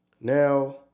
Now